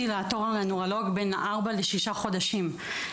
לתור לנוירולוג בין ארבעה לשישה חודשים.